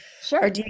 Sure